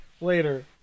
later